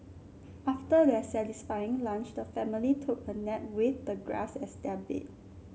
after their satisfying lunch the family took a nap with the grass as their bed